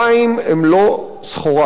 מים הם לא סחורה,